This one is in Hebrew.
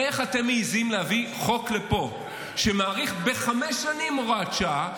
איך אתם מעזים להביא לפה חוק שמאריך בחמש שנים הוראת שעה,